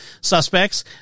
suspects